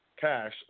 cash